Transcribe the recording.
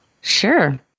sure